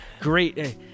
great